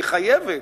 היא חייבת,